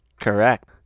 Correct